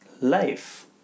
life